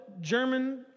German